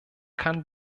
kann